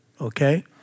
okay